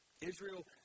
Israel